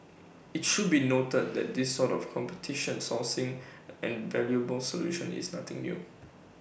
IT should be noted that this sort of competition sourcing and valuable solution is nothing new